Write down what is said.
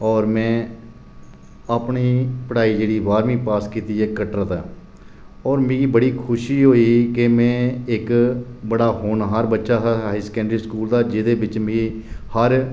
और में अपनी पढ़ाई जेह्ड़ी बारह्मीं पास कीती ऐ कटड़ा दा और मिगी बड़ी खुशी होई कि में इक बड़ा होनहार बच्चा हा हायर सेकेंडरी स्कूल दा जेह्दे बिच मिगी हर